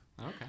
okay